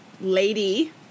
lady